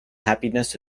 happiness